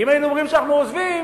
כי אם היינו אומרים שאנחנו עוזבים,